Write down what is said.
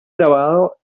grabado